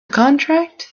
contract